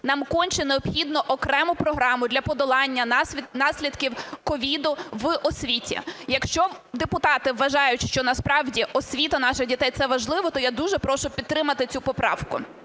нам конче необхідно окрему програму для подолання наслідків COVID в освіті. Якщо депутати вважають, що насправді освіта наших дітей – це важливо, то я дуже прошу підтримати цю поправку.